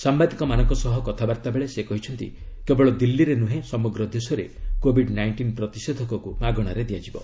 ସାମ୍ଭାଦିକମାନଙ୍କ ସହ କଥାବାର୍ତ୍ତା ବେଳେ ସେ କହିଛନ୍ତି କେବଳ ଦିଲ୍ଲୀରେ ନୁହେଁ ସମଗ୍ର ଦେଶରେ କୋବିଡ ନାଇଷ୍ଟିନ୍ ପ୍ରତିଷେଧକକୁ ମାଗଣାରେ ଦିଆଯିବ